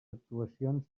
actuacions